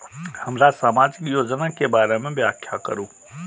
हमरा सामाजिक योजना के बारे में व्याख्या करु?